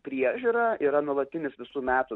priežiūra yra nuolatinis visų metų